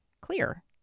clear